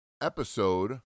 episode